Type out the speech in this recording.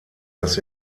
dass